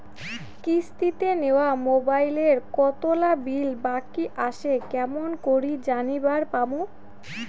কিস্তিতে নেওয়া মোবাইলের কতোলা বিল বাকি আসে কেমন করি জানিবার পামু?